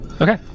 Okay